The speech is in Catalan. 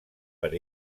per